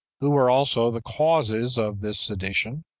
who were also the causes of this sedition,